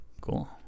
Cool